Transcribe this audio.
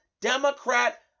Democrat